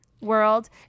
world